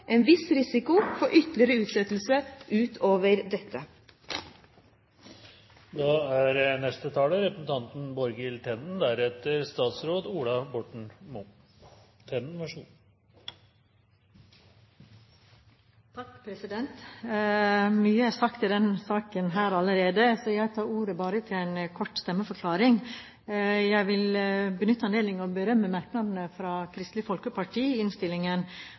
en viss risiko for ytterligere utsettelser utover dette. Representanten Line Henriette Hjemdal har tatt opp de forslagene hun refererte til. Mye er sagt i denne saken allerede, så jeg tar ordet bare til en kort stemmeforklaring. Jeg vil benytte anledningen til å berømme merknadene fra Kristelig Folkeparti i innstillingen.